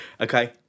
okay